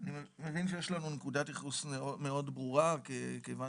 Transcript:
אני מבין שיש לנו נקודת ייחוס מאוד ברורה כיוון